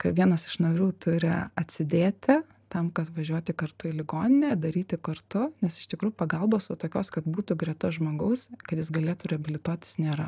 kai vienas iš narių turi atsidėti tam kad važiuoti kartu į ligoninę daryti kartu nes iš tikrųjų pagalbos va tokios kad būtų greta žmogaus kad jis galėtų reabilituotis nėra